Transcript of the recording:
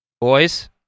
Boys